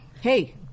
hey